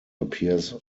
appears